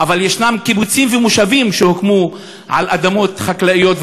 אבל יש קיבוצים ומושבים שהוקמו על אדמות חקלאיות,